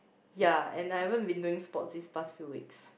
ya and I haven't been doing sports these past few weeks